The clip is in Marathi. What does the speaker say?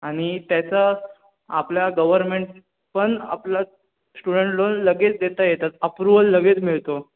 आणि त्याचं आपल्या गव्हर्मेंट पण आपलं स्टुडंट लोन लगेच देता येतात अप्रूवल लगेच मिळतो